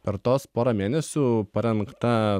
per tuos porą mėnesių parengta